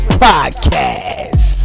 podcast